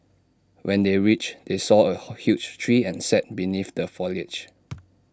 when they reached they saw A huge tree and sat beneath the foliage